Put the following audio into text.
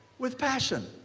with passion.